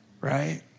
right